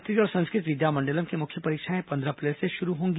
छत्तीसगढ़ संस्कृत विद्यामंडलम् की मुख्य परीक्षाएं पंद्रह अप्रैल से शुरू होंगी